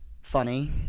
Funny